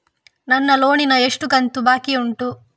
ನನ್ನ ಲೋನಿನ ಎಷ್ಟು ಕಂತು ಬಾಕಿ ಉಂಟು?